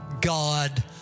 God